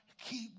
keep